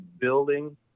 building